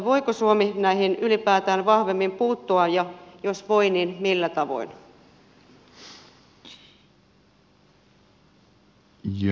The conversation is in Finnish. voiko suomi näihin ylipäätään vahvemmin puuttua ja jos voi niin millä tavoin